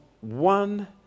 one